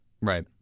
Right